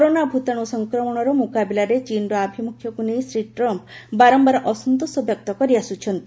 corona ଭୂତାଣୁ ସଂକ୍ରମଣର ମୁକାବିଲାରେ ଚୀନର ଆଭିମୁଖ୍ୟକୁ ନେଇ ଶ୍ରୀ ଟ୍ରମ୍ପ ବାରମ୍ଭାର ଅସନ୍ତୋଷ ବ୍ୟକ୍ତ କରିଆସୁଛନ୍ତି